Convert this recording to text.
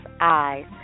Eyes